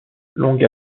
longue